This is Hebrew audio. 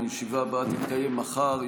הישיבה הבאה תתקיים מחר,